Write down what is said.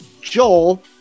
Joel